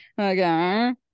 Okay